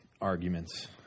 arguments